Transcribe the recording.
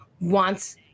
wants